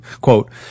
Quote